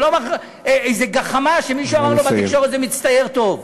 ולא איזו גחמה שמישהו אמר לו בתקשורת שזה מצטייר טוב.